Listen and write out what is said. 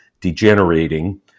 degenerating